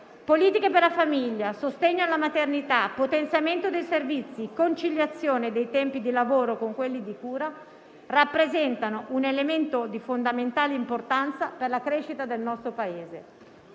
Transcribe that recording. Politiche per la famiglia, sostegno alla maternità, potenziamento dei servizi, conciliazione dei tempi di lavoro con quelli di cura rappresentano un elemento di fondamentale importanza per la crescita del nostro Paese».